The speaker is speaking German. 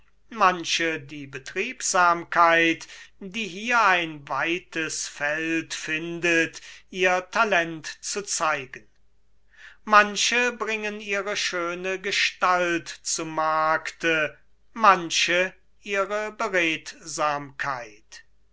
manche die betriebsamkeit die hier ein weites feld findet ihr talent zu zeigen manche bringen ihre schöne gestalt zu markte manche ihre